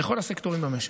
לכל הסקטורים במשק.